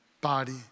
body